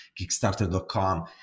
kickstarter.com